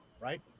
right